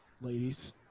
Ladies